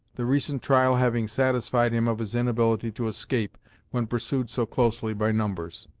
the recent trial having satisfied him of his inability to escape when pursued so closely by numbers.